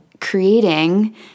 creating